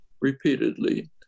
repeatedly